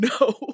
no